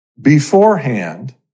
beforehand